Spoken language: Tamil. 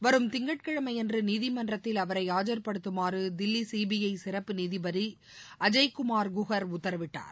வரும் திங்கட்கிழமையன்று நீதிமன்றத்தில் அவரை ஆஜர்படுத்துமாறு தில்லி சிபிஐ சிறப்பு நீதிபதி அஜய்குமார் குஹார் உத்தரவிட்டார்